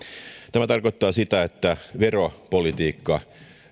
tämä tarkoittaa sitä että veropolitiikka